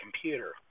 computer